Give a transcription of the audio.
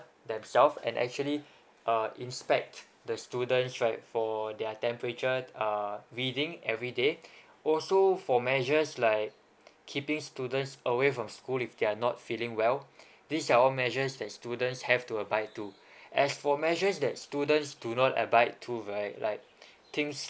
themselves and actually uh inspect the students right for their temperature uh reading everyday also for measures like keeping students away from school if they are not feeling well these are all measures that students have to abide to as for measures that students do not abide to right like things like